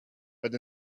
but